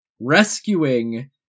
rescuing